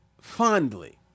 fondly